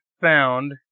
found